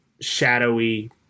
shadowy